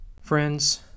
Friends